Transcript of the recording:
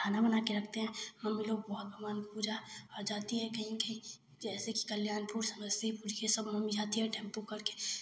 खाना बना कर रखते हैं मम्मी लोग बहुत भगवान को पूजा जाती है कहीं भी जैसे कि कल्याणपुर समस्तीपुर ये सब मम्मी जाती है टेम्पु कर के पूजा